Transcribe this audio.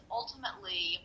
ultimately